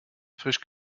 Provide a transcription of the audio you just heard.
frisch